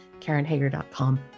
karenhager.com